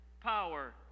power